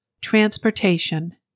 Transportation